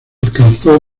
alcanzó